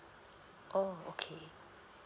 oh okay